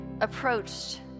approached